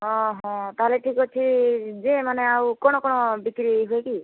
ହଁ ହଁ ତା'ହେଲେ ଠିକ୍ ଅଛି ଯେ ମାନେ ଆଉ କ'ଣ କ'ଣ ବିକ୍ରି ହୁଏ କି